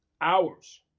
hours